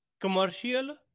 commercial